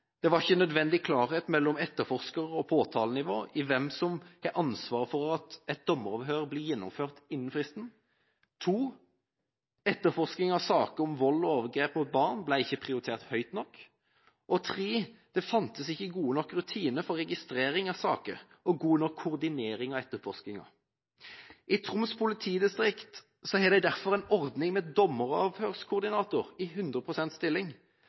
Det var ikke nødvendig klarhet mellom etterforsker og påtalenivå i hvem som hadde ansvaret for at et dommeravhør ble gjennomført innen fristen. Etterforskning av saker om vold og overgrep mot barn ble ikke prioritert høyt nok. Det fantes ikke gode nok rutiner for registrering av saker og god nok koordinering av etterforskninga. I Troms politidistrikt har de derfor en ordning med dommeravhørskoordinator i 100 pst. stilling.